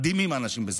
מדהימים האנשים בזק"א,